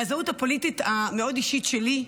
מהזהות הפוליטית המאוד אישית שלי,